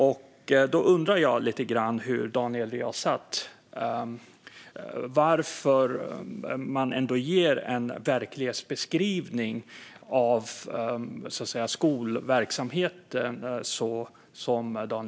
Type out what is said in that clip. Jag undrar varför Daniel Riazat ger denna verklighetsbeskrivning av skolverksamheten.